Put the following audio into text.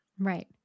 right